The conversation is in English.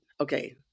okay